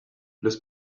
los